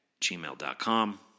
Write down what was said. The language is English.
gmail.com